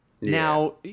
Now